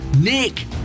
Nick